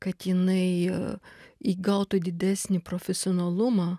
kad jinai įgautų didesnį profesionalumą